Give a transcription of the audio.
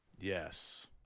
Yes